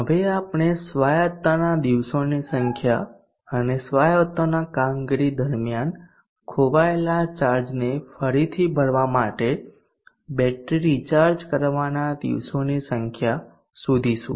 હવે આપણે સ્વાયત્તાના દિવસોની સંખ્યા અને સ્વાયત્તાઓની કામગીરી દરમિયાન ખોવાયેલા ચાર્જને ફરીથી ભરવા માટે બેટરી રિચાર્જ કરવાના દિવસોની સંખ્યા શોધીશું